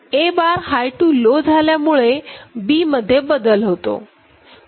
A bar high to low झाल्यामुळे B मध्ये बदल होतो